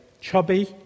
chubby